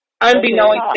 Unbeknownst